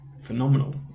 phenomenal